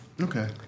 Okay